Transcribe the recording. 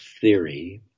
theory